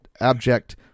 abject